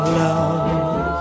love